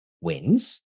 wins